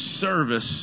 service